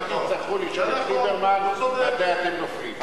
תמיד תצטרכו לשאול את ליברמן מתי אתם נופלים.